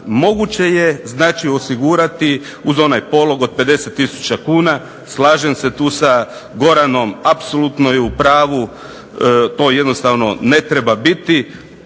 moguće je osigurati, uz onaj polog od 50 tisuća kuna, slažem se, tu sa Goranom apsolutno je u pravu, to jednostavno ne treba biti,